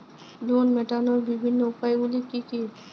Loan মেটানোর বিভিন্ন উপায়গুলি কী কী?